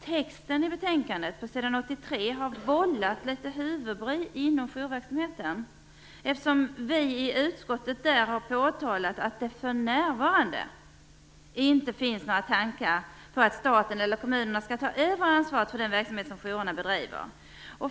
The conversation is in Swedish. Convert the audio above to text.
Texten i betänkandet på s. 83 har vållat litet huvudbry inom jourverksamheten, eftersom utskottet påpekat att det för närvarande inte finns några tankar på att staten eller kommunerna skall ta över ansvaret för den verksamhet som jourerna bedriver.